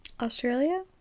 Australia